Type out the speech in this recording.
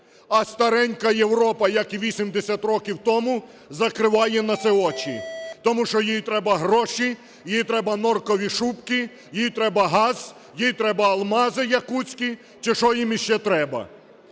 а старенька Європа як і 80 років тому закриває на це очі, тому що їй треба гроші, їй треба норкові шубки, їй треба газ, їй треба алмази якутські чи що їм іще треба.